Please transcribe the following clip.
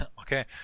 Okay